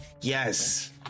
Yes